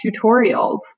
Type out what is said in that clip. tutorials